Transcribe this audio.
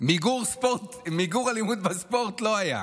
מיגור אלימות בספורט, לא היה.